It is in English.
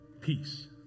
Peace